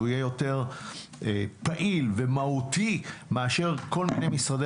הוא יהיה יותר פעיל ומהותי מאשר כל מיני משרדי